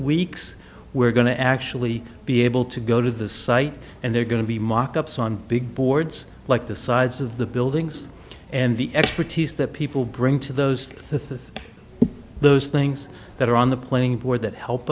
weeks we're going to actually be able to go to the site and they're going to be mock ups on big boards like the sides of the buildings and the expertise that people bring to those things those things that are on the planning board that help